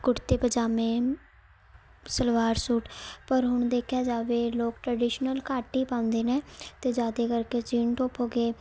ਕੁੜਤੇ ਪਜਾਮੇ ਸਲਵਾਰ ਸੂਟ ਪਰ ਹੁਣ ਦੇਖਿਆ ਜਾਵੇ ਲੋਕ ਟਰੈਡੀਸ਼ਨਲ ਘੱਟ ਹੀ ਪਾਉਂਦੇ ਨੇ ਅਤੇ ਜ਼ਿਆਦਾ ਕਰਕੇ ਜੀਨ ਟੋਪ ਹੋ ਗਏ